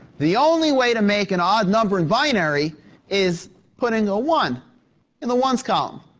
the only way to make an odd number in binary is putting a one in the ones calm.